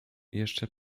jeszcze